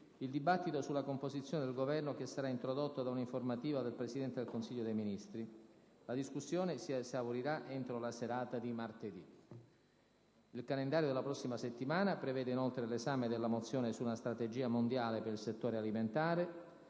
il dibattito sulla composizione del Governo che sarà introdotto da un'informativa del Presidente del Consiglio dei ministri. La discussione si esaurirà entro la serata di martedì. Il calendario della prossima settimana prevede inoltre l'esame della mozione su una strategia mondiale per il settore alimentare,